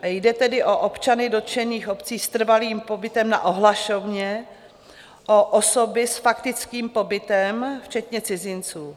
Jde tedy o občany dotčených obcí s trvalým pobytem na ohlašovně, o osoby s faktickým pobytem, včetně cizinců.